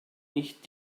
nicht